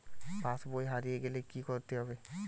পাশবই হারিয়ে গেলে কি করতে হবে?